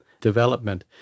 development